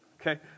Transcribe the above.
Okay